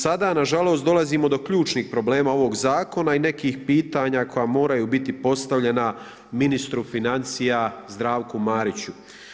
Sada nažalost dolazimo do ključnih problema ovog zakona i nekih pitanja koja moraju biti postavljena ministru financija Zdravku Mariću.